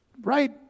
Right